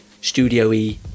Studio-y